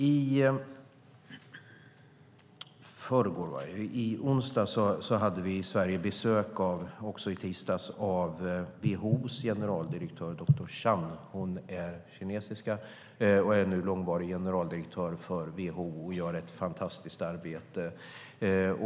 I tisdags och onsdags hade vi i Sverige besök av WHO:s generaldirektör doktor Chan. Hon är kinesiska och är nu långvarig generaldirektör för WHO och gör ett fantastiskt arbete.